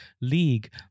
league